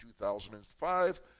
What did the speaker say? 2005